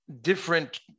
different